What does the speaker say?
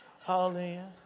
Hallelujah